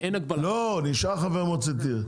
לא, נשאר חבר מועצת עיר.